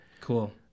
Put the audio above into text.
Cool